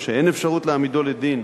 או שאין אפשרות להעמידו לדין